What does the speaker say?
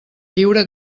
lliure